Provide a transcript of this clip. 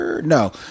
No